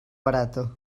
barata